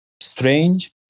strange